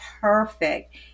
perfect